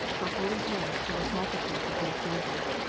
her holy hands full of multitudes of good examples.